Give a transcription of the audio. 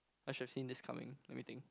I should have seen this coming let me think